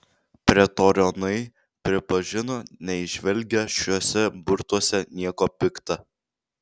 pretorionai pripažino neįžvelgią šiuose burtuose nieko pikta